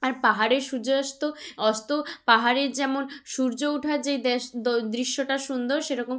আর পাহাড়ের সূর্যাস্ত অস্ত পাহাড়ের যেমন সূর্য উঠার যেই দেশ দো দৃশ্যটা সুন্দর সেরকম